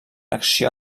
acció